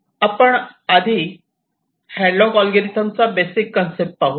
आपण आधी Hadlock algorithm चा बेसिक कन्सेप्ट पाहू